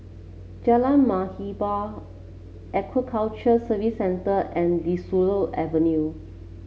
Jalan Muhibbah Aquaculture Services Center and De Souza Avenue